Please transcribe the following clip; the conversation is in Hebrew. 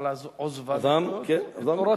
על עוזבם את תורתי.